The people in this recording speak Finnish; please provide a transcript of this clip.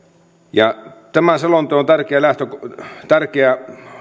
tämän selonteon tärkeä